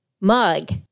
mug